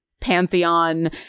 pantheon